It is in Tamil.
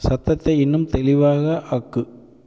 சத்தத்தை இன்னும் தெளிவாக ஆக்கு